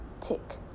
tick